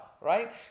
right